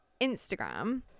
Instagram